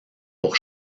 pour